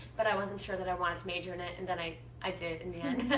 but i wasn't sure that i wanted to major in it. and then i i did in the end.